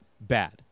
bad